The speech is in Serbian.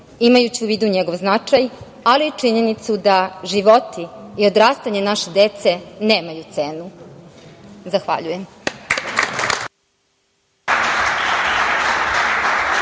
imajući u vidu njegov značaj, ali i činjenicu da životi i odrastanje naše dece nemaju cenu. Zahvaljujem.